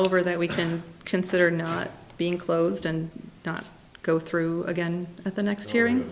over that we can consider not being closed and not go through again at the next hearing